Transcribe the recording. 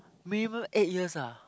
minimum eight years ah